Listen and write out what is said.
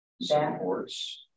supports